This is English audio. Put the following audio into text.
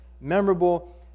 memorable